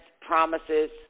promises